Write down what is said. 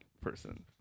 person